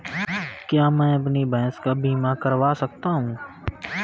क्या मैं अपनी भैंस का बीमा करवा सकता हूँ?